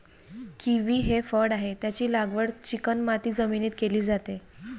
kiwi हे फळ आहे, त्याची लागवड चिकणमाती जमिनीत केली जाते